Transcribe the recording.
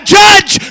judge